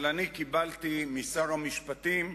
אבל אני קיבלתי משר המשפטים,